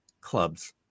clubs